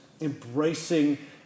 embracing